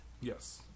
Yes